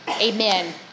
Amen